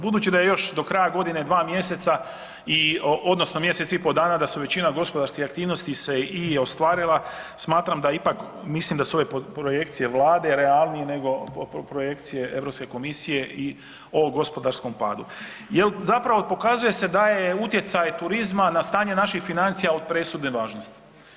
Budući da je još do kraja godine dva mjeseca i, odnosno mjesec i pol dana, da su većina gospodarskih aktivnosti se i ostvarila, smatram da ipak, mislim da su ove projekcije Vlade realnije nego projekcije Europske komisije i o gospodarskom padu, jel, zapravo pokazuje se da je utjecaj turizma na stanje naših financija od presudne važnosti.